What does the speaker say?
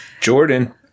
Jordan